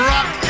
Rock